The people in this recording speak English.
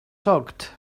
shocked